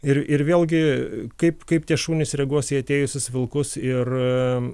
ir ir vėlgi kaip kaip tie šunys reaguos į atėjusius vilkus ir